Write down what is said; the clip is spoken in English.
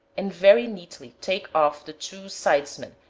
and very neatly take off the two sidesmen,